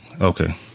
Okay